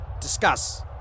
Discuss